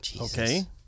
okay